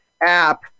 app